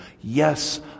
Yes